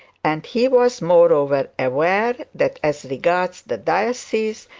and he was moreover aware that, as regarded the diocese,